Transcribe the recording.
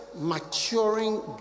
maturing